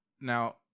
now